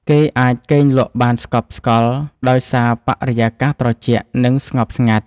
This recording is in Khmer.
គេអាចគេងលក់បានស្កប់ស្កល់ដោយសារបរិយាកាសត្រជាក់ និងស្ងប់ស្ងាត់។